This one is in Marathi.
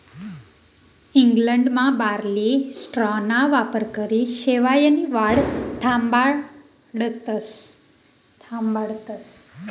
इंग्लंडमा बार्ली स्ट्राॅना वापरकरी शेवायनी वाढ थांबाडतस